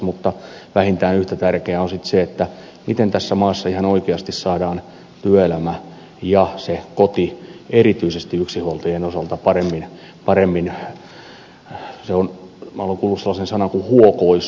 mutta vähintään yhtä tärkeää on se miten tässä maassa ihan oikeasti saadaan työelämä ja koti erityisesti yksinhuoltajien osalta paremmin minä olen kuullut sellaisen sanan kuin huokoisuus huokoistettua